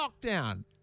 lockdown